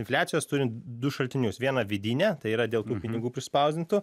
infliacijos turim du šaltinius vieną vidinę tai yra dėl pinigų prispausdintų